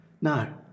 No